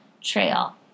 Trail